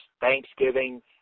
Thanksgiving